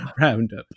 roundup